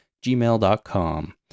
gmail.com